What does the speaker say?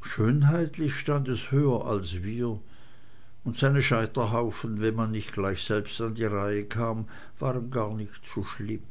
schönheitlich stand es höher als wir und seine scheiterhaufen wenn man nicht gleich selbst an die reihe kam waren gar nicht so schlimm